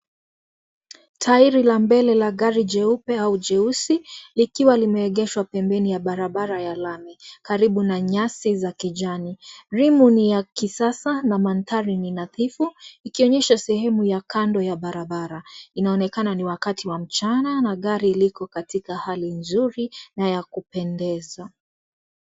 Tairi la mbele la gari jeupe au jeusi, likiwa limeegeshwa pembeni ya barabara ya lami karibu na nyasi za kijani. Rimu ni ya kisasa na mandhari ni nadhifu ikionyesha sehemu ya kando ya barabara. Inaonekana ni wakati wa mchana na gari liko katika hali nzuri na ya kupendeza.